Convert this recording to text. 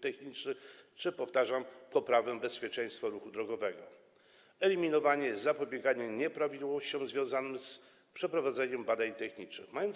technicznych czy, powtarzam, poprawę bezpieczeństwa ruchu drogowego, a także zapobieganie nieprawidłowościom związanym z przeprowadzeniem badań technicznych oraz eliminowanie ich.